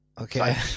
Okay